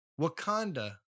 Wakanda